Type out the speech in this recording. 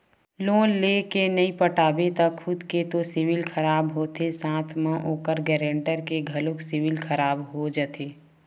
loan लेय के नइ पटाबे त खुद के तो सिविल खराब होथे साथे म ओखर गारंटर के घलोक सिविल खराब हो जाथे